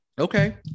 okay